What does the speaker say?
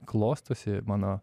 klostosi mano